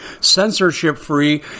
censorship-free